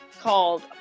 called